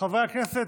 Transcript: חברי הכנסת,